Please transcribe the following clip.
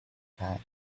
time